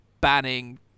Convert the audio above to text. banning